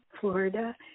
Florida